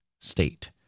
state